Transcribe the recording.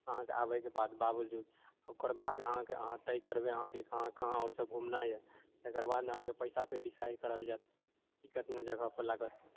अहाँकऽ आबएके बाद बावजूद ओकरबाद अहाँकऽ अहाँ तय करबए अहाँकेँ कहाँ आओर सब घूमना यऽ तकरबाद ने अहाँकेँ पैसाके डिसाइड करल जाइत कि करथिन जब अपन लागत